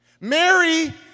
Mary